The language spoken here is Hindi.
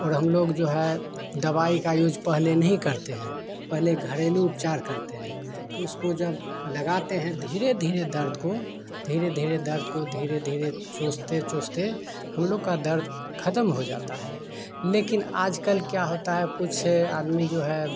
और हम लोग जो है दवाई का यूज़ पहले नहीं करते हैं पहले घरेलू उपचार करते हैं तो उसको जब लगाते हैं धीरे धीरे दर्द को धीरे धीरे दर्द को धीरे धीरे चूसते चूसते हम लोग का दर्द ख़त्म हो जाता है लेकिन आजकल क्या होता है कुछ आदमी जो है